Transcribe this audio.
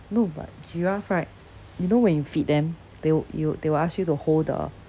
no but giraffe right you know when you feed them they will you they will ask you to hold the